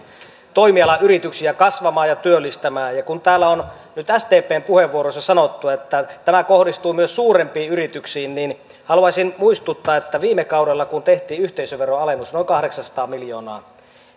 toimialojen yrityksiä kasvamaan ja työllistämään kun täällä on nyt sdpn puheenvuoroissa sanottu että tämä kohdistuu myös suurempiin yrityksiin niin haluaisin muistuttaa että ettehän te viime kaudellakaan kun tehtiin yhteisöveron alennus noin kahdeksansataa miljoonaa